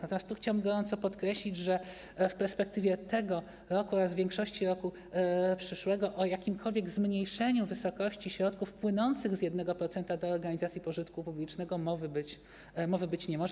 Natomiast tu chciałbym gorąco podkreślić, że w perspektywie tego roku oraz większości roku przyszłego o jakimkolwiek zmniejszeniu wysokości środków płynących z 1% do organizacji pożytku publicznego mowy być nie może.